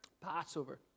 Passover